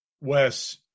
Wes